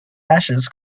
ashes